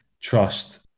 trust